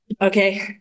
Okay